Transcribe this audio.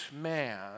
man